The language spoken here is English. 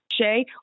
Shay